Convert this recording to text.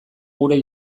gure